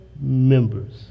members